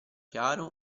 chiaro